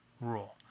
rule